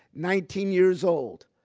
nineteen years old,